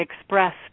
expressed